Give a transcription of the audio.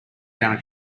down